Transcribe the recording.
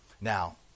Now